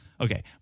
okay